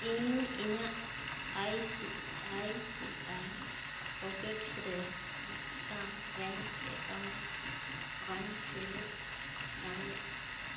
ᱤᱧ ᱤᱧᱟᱹᱜ I C I C I pockets ᱨᱮ ᱢᱤᱫᱴᱟᱝ ᱵᱮᱝᱠ ᱮᱠᱟᱣᱩᱱᱴ ᱵᱟᱹᱧ ᱥᱮᱞᱮᱫ ᱫᱟᱲᱮᱭᱟᱜ ᱠᱟᱱᱟ